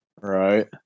right